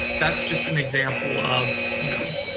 that's just an example of, you know,